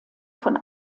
von